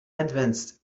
advanced